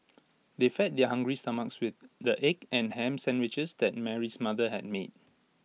they fed their hungry stomachs with the egg and Ham Sandwiches that Mary's mother had made